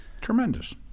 Tremendous